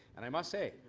and i must say,